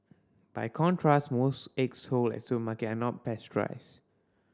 by contrast most eggs sold at supermarket are not pasteurised